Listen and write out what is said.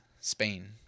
Spain